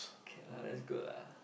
okay lah that's good lah